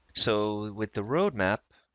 so with the roadmap,